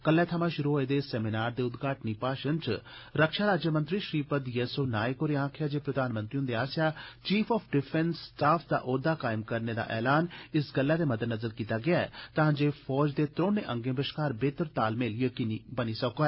कल्लै थमां श्रु होए दे इस सेमिनार दे उद्घाटनी भाषण च रक्षा राज्यमंत्री श्रीपद येस्सो नाईक होरें आखेआ जे प्रधानमंत्री हंदे आसेआ चीफ आफ डिफेंस स्टाफ दा औहद्वा कायम करने दा ऐलान इस गल्लै दे मद्देनज़र कीता गेआ ऐ तांजे फौज दे त्रौनें अंगें बश्कार बेहतर तालमेल यकीनी बनाया जाई सकै